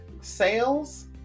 sales